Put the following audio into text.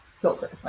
filter